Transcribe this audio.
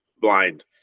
blind